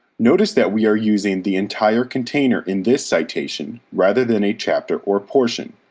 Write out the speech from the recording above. notice that we are using the entire container in this citation rather than a chapter or portion.